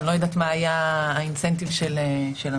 אני לא יודעת מה היה האינסנטיב של המדינה.